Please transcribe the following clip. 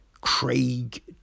Craig